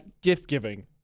gift-giving